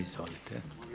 Izvolite.